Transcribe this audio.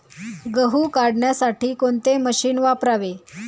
गहू काढण्यासाठी कोणते मशीन वापरावे?